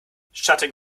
shutting